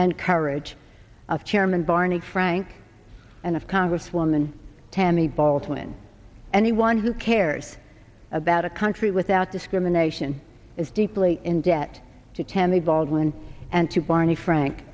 and courage of chairman barney frank and of congresswoman tammy baldwin anyone who cares about a country without discrimination is deeply in debt to tammy baldwin and to barney frank